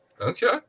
Okay